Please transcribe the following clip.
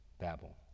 Babel